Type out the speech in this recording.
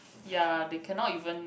ya they cannot even